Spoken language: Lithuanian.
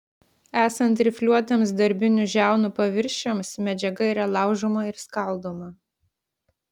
esant rifliuotiems darbinių žiaunų paviršiams medžiaga yra laužoma ir skaldoma